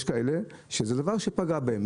יש כאלה שהרפורמה הזאת פגעה בהם,